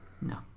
No